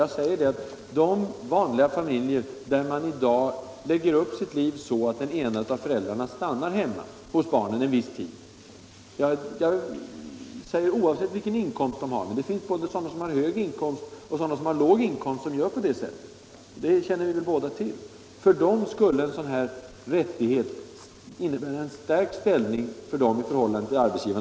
Jag anser att för de vanliga familjer som i dag lägger upp sitt liv så, att den ena av föräldrarna stannar hemma hos barnen under en viss tid — jag säger oavsett inkomst, för att det finns både de som har höga inkomster och de som har låga inkomster som gör på det sättet, det känner vi väl bägge till — skulle en sådan här rättighet innebära en starkare ställning i förhållande till arbetsgivaren.